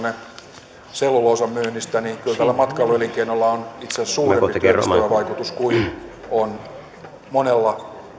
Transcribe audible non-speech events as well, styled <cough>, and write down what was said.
<unintelligible> ne selluloosan myynnistä mutta kyllä tällä matkailu elinkeinolla on itse asiassa suurempi työllistävä vaikutus kuin on monella